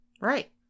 Right